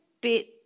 bit